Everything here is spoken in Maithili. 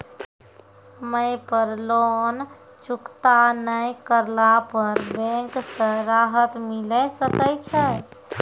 समय पर लोन चुकता नैय करला पर बैंक से राहत मिले सकय छै?